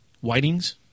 whitings